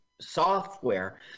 software